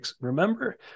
remember